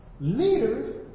Leaders